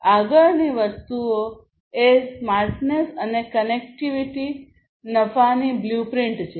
આગળની વસ્તુ એ સ્માર્ટનેસ અને કનેક્ટિવિટી નફાની બ્લુપ્રિન્ટ છે